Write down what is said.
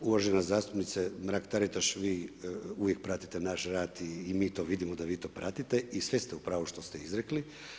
Uvažena zastupnice Mrak Taritaš, vi uvijek pratite naš rad i mi to vidimo da vi to pratite i sve ste u pravu što ste izrekli.